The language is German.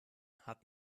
hat